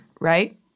right